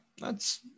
that's-